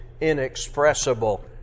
inexpressible